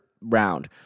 round